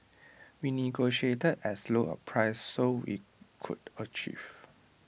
we negotiated as low A price so we could achieve